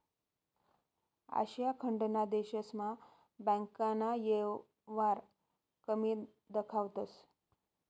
आशिया खंडना देशस्मा बँकना येवहार कमी दखातंस